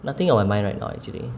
nothing on my mind right now actually